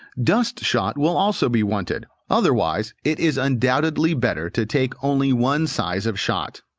dust-shot will also be wanted otherwise, it is undoubtedly better to take only one size of shot.